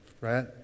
right